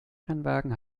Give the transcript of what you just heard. rennwagen